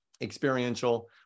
experiential